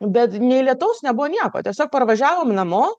bet nei lietaus nebuvo nieko tiesiog parvažiavom namo